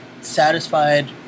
satisfied